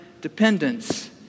dependence